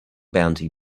bounty